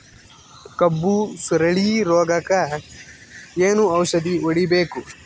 ಕಬ್ಬು ಸುರಳೀರೋಗಕ ಏನು ಔಷಧಿ ಹೋಡಿಬೇಕು?